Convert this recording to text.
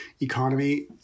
economy